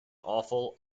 awful